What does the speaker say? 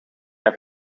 hij